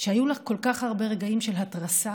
היו לך כל כך הרבה רגעים של התרסה,